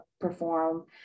perform